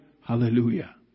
Hallelujah